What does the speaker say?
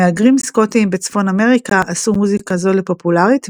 מהגרים סקוטיים בצפון אמריקה עשו מוזיקה זו לפופולרית